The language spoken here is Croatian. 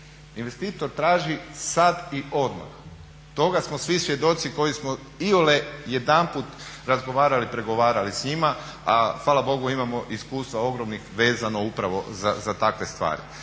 Investitor traži sada i odmah. Toga smo svi svjedoci koji smo iole jedanput razgovarali, pregovarali s njima a hvala Bogu imamo iskustva ogromnih vezano upravo za takve stvari.